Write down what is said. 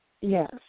Yes